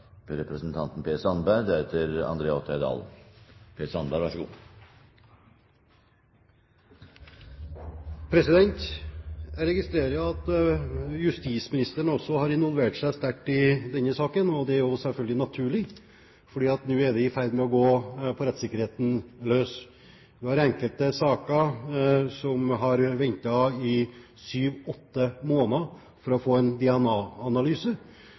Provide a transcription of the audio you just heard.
Per Sandberg. Jeg registrerer at justisministeren også har involvert seg sterkt i denne saken, og det er jo selvfølgelig naturlig, for nå er det i ferd med å gå på rettssikkerheten løs. I enkelte saker har man ventet syv–åtte måneder for å få en